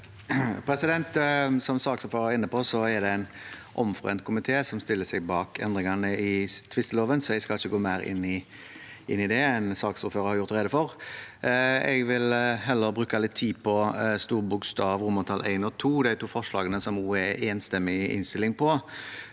var inne på, er det en omforent komité som stiller seg bak endringene i tvisteloven, så jeg skal ikke gå mer inn i det enn saksordføreren har gjort rede for. Jeg vil heller bruke litt tid på I og II under punkt B, de to forslagene som det er en enstemmig innstilling på